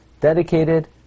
dedicated